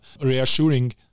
reassuring